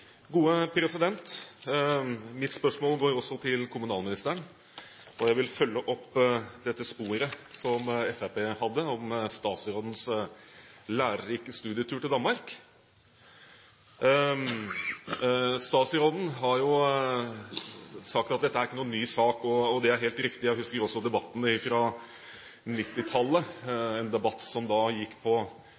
hadde, om statsrådens lærerike studietur til Danmark. Statsråden har sagt at dette er ikke noen ny sak, og det er helt riktig. Jeg husker også debatten fra 1990-tallet, en debatt som gikk på